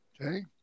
Okay